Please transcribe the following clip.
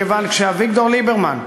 מכיוון שאביגדור ליברמן,